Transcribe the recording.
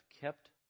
kept